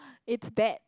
it's bad